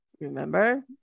Remember